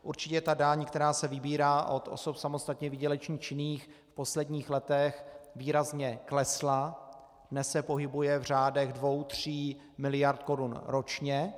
Určitě ta daň, která se vybírá od osob samostatně výdělečně činných v posledních letech, výrazně klesla, dnes se pohybuje v řádech dvou tří miliard korun ročně.